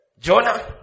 Jonah